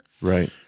Right